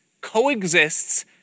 coexists